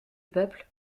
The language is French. peuple